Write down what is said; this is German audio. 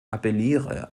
appelliere